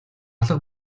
алга